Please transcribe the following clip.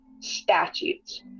statutes